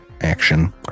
action